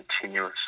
continuous